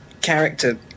character